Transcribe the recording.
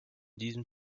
diesem